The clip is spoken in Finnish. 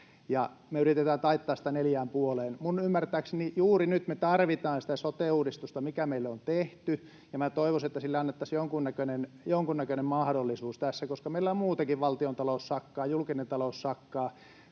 me yritetään taittaa sitä neljään ja puoleen. Minun ymmärtääkseni juuri nyt me tarvitaan sitä sote-uudistusta, mikä meille on tehty, ja toivoisin, että sille annettaisiin jonkunnäköinen mahdollisuus tässä, koska meillä muutenkin valtiontalous sakkaa, julkinen talous sakkaa.